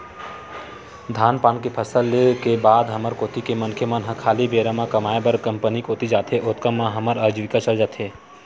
धान पान के फसल ले के बाद हमर कोती के मनखे मन ह खाली बेरा म कमाय बर कंपनी कोती जाथे, ओतका म हमर अजीविका चल जाथे